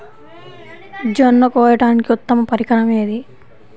జొన్న కోయడానికి ఉత్తమ పరికరం ఏది?